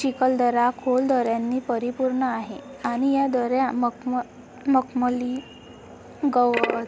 चिखलदरा खोल दऱ्यांनी परिपूर्ण आहे आणि या दऱ्या मखमं मखमली गवत